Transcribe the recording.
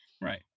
Right